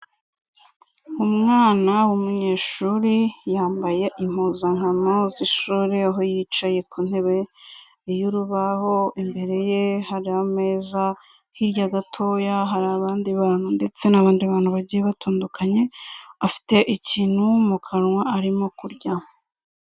Umwana w'umunyeshuri, yambaye impuzankano z'ishuri, aho yicaye ku ntebe y'urubaho, imbere ye hari ameza, hirya gatoya hari abandi bantu ndetse n'abandi bantu bagiye batandukanye, afite ikintu mu kanwa arimo kurya.